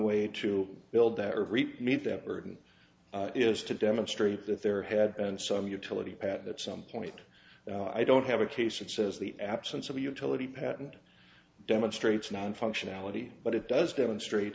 way to build their meet that burden is to demonstrate that there had been some utility at some point i don't have a case that says the absence of a utility patent demonstrates non functionality but it does demonstrate